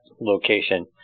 location